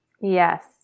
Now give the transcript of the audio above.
Yes